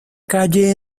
calle